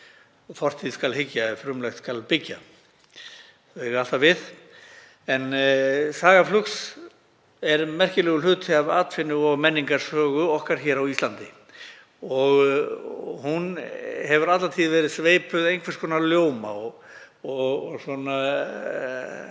fortíð skal hyggja ef frumlegt skal byggja. Þau eiga alltaf við. Saga flugs er merkilegur hluti af atvinnu- og menningarsögu okkar hér á Íslandi. Hún hefur alla tíð verið sveipuð einhvers konar ljóma og spennu.